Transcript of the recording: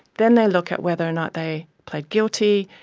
then they look at whether or not they pled guilty,